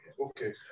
okay